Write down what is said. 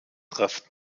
treffen